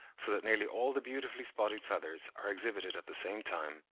so that nearly all the beautifully spotted feathers are exhibited at the same time.